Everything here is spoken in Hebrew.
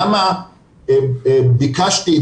למה ביקשתי,